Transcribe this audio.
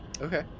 Okay